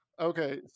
Okay